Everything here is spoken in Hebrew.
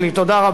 תודה רבה.